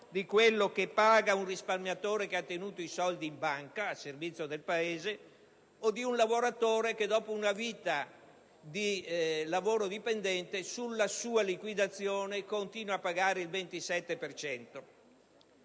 di quello che paga un risparmiatore che ha tenuto i soldi in banca, al servizio del Paese, o di un lavoratore che, dopo una vita di lavoro dipendente, sulla sua liquidazione continua pagare il 27